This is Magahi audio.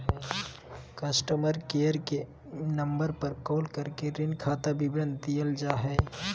कस्टमर केयर के नम्बर पर कॉल करके ऋण खाता विवरण देखल जा हय